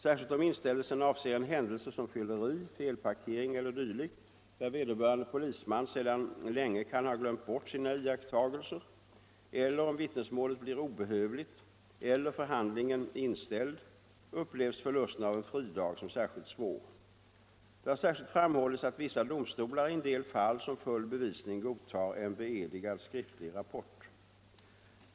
Särskilt om inställelsen avser en händelse som fylleri, felparkering e. d., där vederbörande polisman sedan länge kan ha glömt bort sina iakttagelser, eller om vitt nesmålet blir obehövligt eller förhandlingen inställd upplevs förlusten av en fridag som särskilt svår. Det har särskilt framhållits att vissa domstolar i en del fall som full bevisning godtar en beedigad skriftlig rapport.